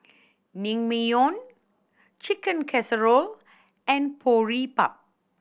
Naengmyeon Chicken Casserole and Boribap